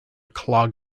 clog